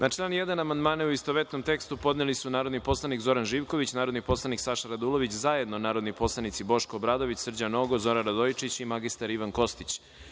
Na član 1. amandmane, u istovetnom tekstu, podneli su narodni poslanik Zoran Živković, narodni poslanik Saša Radulović, zajedno narodni poslanici Boško Obradović, Srđan Nogo, Zoran Radojičić i mr Ivan Kostić,